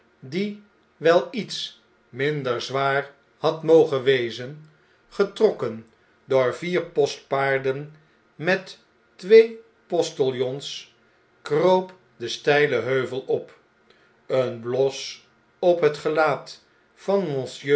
die wel iets minder zwaar had mogen wezen getrokken door vier postpaarden met twee postiljons kroop den steilen heuvel op een bios op het gelaat van